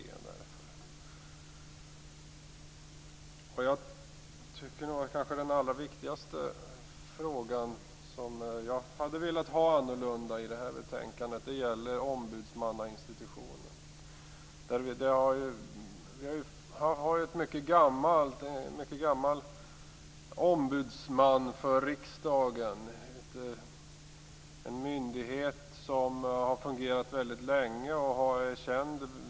Den fråga som jag tycker att det hade varit viktigast att få en annorlunda behandling av i betänkandet gäller ombudsmannafunktionen. Riksdagens ombudsmannainstitution är mycket gammal. Det är en mycket bra myndighet, som är vitt känd över världen.